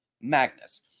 magnus